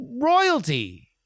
royalty